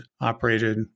Operated